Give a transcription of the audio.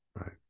right